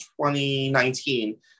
2019